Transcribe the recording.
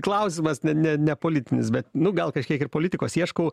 klausimas ne ne ne politinis bet nu gal kažkiek ir politikos ieškau